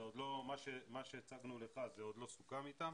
מה שהצגנו לך זה עוד לא סוכם איתם